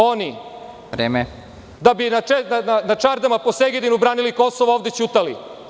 Oni, da bi na čardama po Segedinu branili Kosovo, ovde ćutali.